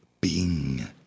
Bing